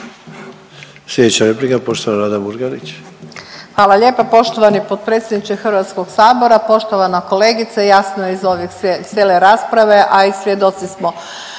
Slijedeća replika, poštovana Nada Murganić. **Murganić, Nada (HDZ)** Hvala lijepa poštovani potpredsjedniče Hrvatskog sabora. Poštovana kolegice jasno je iz ove cijele rasprave, a i svjedoci smo